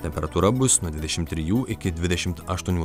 temperatūra bus nuo dvidešim trijų iki dvidešim aštuonių